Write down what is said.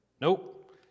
Nope